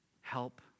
help